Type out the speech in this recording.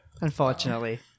Unfortunately